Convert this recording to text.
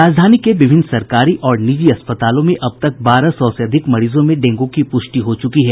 राजधानी के विभिन्न सरकारी और निजी अस्पतालों में अब तक बारह सौ से अधिक मरीजों में डेंगू की पुष्टि हो चुकी है